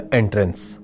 entrance